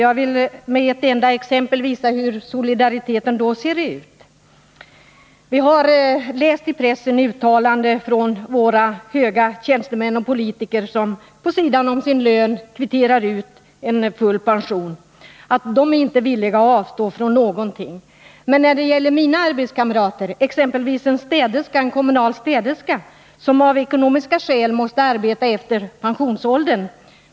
Med ett enda exempel vill jag visa hur solidariteten ser ut. I pressen har vi läst uttalanden av våra höga tjänstemän och politiker som vid sidan av sin lön kvitterar ut en full pension. De vill inte avstå från någonting. När det gäller mina arbetskamrater, t.ex. en kommunalt anställd städerska, kan det förhålla sig så här. Av ekonomiska skäl måste hon arbeta efter pensionsåldern.